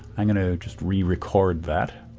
i'm going to just re-record that